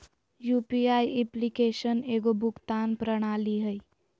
UPI application एगो भुगतान प्रणाली हइ